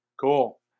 Cool